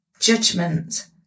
judgment